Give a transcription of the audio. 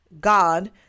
God